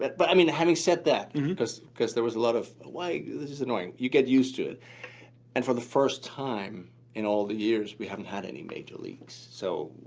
but but i mean having said that, cause cause there was a lot of like, this is annoying, you get used to it and for the first time in all the years, we haven't had any major leaks, so.